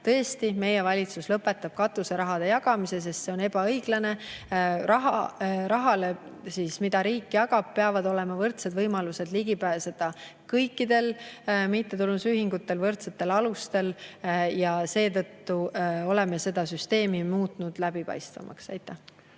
Jah, meie valitsus lõpetab katuserahade jagamise, sest see on ebaõiglane. Rahale, mida riik jagab, peavad olema võrdsed võimalused ligi pääseda kõikidel mittetulundusühingutel võrdsetel alustel. Seetõttu oleme seda süsteemi muutnud läbipaistvamaks. Aitäh!